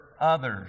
others